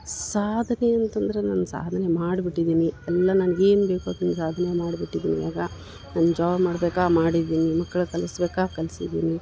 ಸಾಧನೆ ಅಂತಂದ್ರ ನಾನು ಸಾಧನೆ ಮಾಡ್ಬಿಟ್ಟಿದ್ದೀನಿ ಎಲ್ಲ ನನ್ಗ ಏನು ಬೇಕು ಅದನ್ನ ಸಾಧನೆ ಮಾಡ್ಬಿಟಿದ್ದೀನಿ ಇವಾಗ ನಾನು ಜಾಬ್ ಮಾಡ್ಬೇಕು ಮಾಡಿದ್ದೀನಿ ಮಕ್ಳು ಕಲಿಸ್ಬೇಕ ಕಲ್ಸಿದ್ದೀನಿ